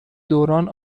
دوران